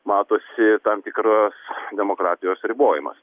matosi tam tikras demokratijos ribojimas